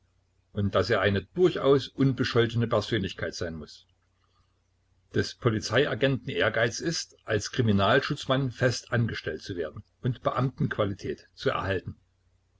und daß er eine durchaus unbescholtene persönlichkeit sein muß des polizeiagenten ehrgeiz ist als kriminalschutzmann festangestellt zu werden und beamtenqualität zu erhalten